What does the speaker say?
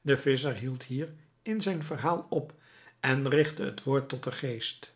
de visscher hield hier in zijn verhaal op en rigtte het woord tot den geest